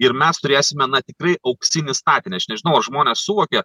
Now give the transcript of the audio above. ir mes turėsime na tikrai auksinį statinį aš nežinau ar žmonės suvokia